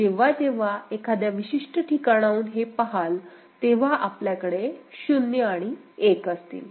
जेव्हा जेव्हा आपण एखाद्या विशिष्ट ठिकाणाहून हे पहाल तेव्हा आपल्याकडे 0 आणि 1असतील